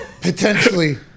potentially